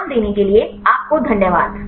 ध्यान देने के लिये आपको धन्यवाद